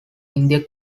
indian